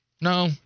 no